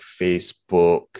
facebook